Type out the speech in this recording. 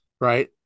right